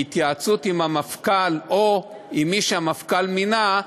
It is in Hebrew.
בהתייעצות עם המפכ"ל או עם מי שהמפכ"ל מינה,